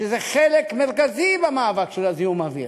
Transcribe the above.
שהיא חלק מרכזי במאבק של זיהום האוויר.